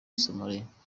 somalia